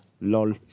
Lol